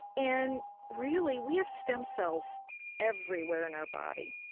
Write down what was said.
and, really, we have stem cells everywhere in our body.